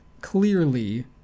clearly